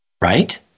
right